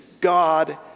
God